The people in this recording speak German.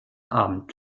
abend